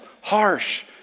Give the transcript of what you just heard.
Harsh